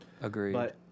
Agreed